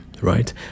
right